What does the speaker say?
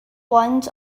ones